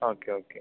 okay okay